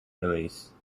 release